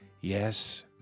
Yes